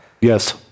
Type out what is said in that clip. Yes